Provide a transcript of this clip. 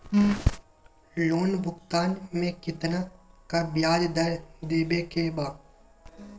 Loan भुगतान में कितना का ब्याज दर देवें के बा?